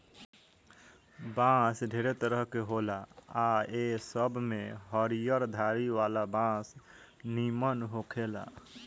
बांस ढेरे तरह के होला आ ए सब में हरियर धारी वाला बांस निमन होखेला